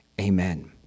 amen